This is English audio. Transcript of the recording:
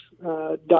dot